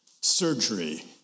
surgery